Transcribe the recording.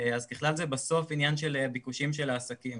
אז בכלל זה בסוף עניין של ביקושים של העסקים.